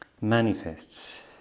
manifests